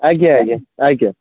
ଆଜ୍ଞା ଆଜ୍ଞା ଆଜ୍ଞା